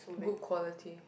good quality